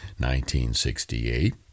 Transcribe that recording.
1968